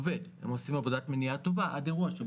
שכבר הוגשה בעבר גם ע"י חברי כנסת שונים,